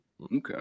Okay